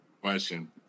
question